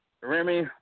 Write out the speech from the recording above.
Remy